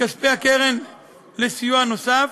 מכספי הקרן לסיוע נוסף,